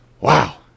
Wow